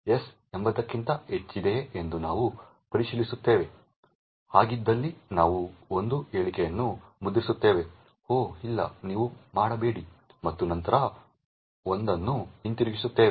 s 80 ಕ್ಕಿಂತ ಹೆಚ್ಚಿದೆಯೇ ಎಂದು ನಾವು ಪರಿಶೀಲಿಸುತ್ತೇವೆ ಹಾಗಿದ್ದಲ್ಲಿ ನಾವು 1 ಹೇಳಿಕೆಯನ್ನು ಮುದ್ರಿಸುತ್ತೇವೆ ಓಹ್ ಇಲ್ಲ ನೀವು ಮಾಡಬೇಡಿ ಮತ್ತು ನಂತರ 1 ಅನ್ನು ಹಿಂತಿರುಗಿಸುತ್ತೇವೆ